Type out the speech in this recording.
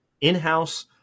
in-house